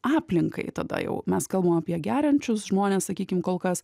aplinkai tada jau mes kalbam apie geriančius žmones sakykim kol kas